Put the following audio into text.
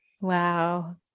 Wow